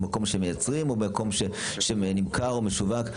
במקום שמייצרים או במקום שנמכר או משווק,